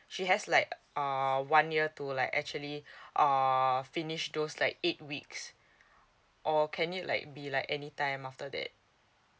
she has like uh one year to like actually err finish those like eight weeks or can it like be like any time after that